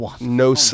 no